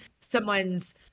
someone's